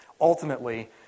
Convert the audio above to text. Ultimately